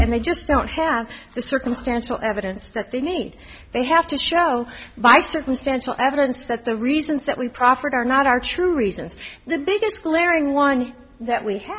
and they just don't have the circumstantial evidence that they need they have to show by circumstantial evidence that the reasons that we proffered are not are true reasons the biggest glaring one that we have